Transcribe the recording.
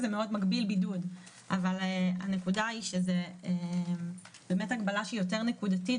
זה מאוד מגביל בידוד אבל הנקודה היא שזאת הגבלה יותר נקודתית